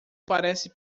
parece